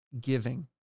giving